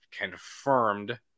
confirmed